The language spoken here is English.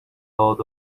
out